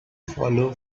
follow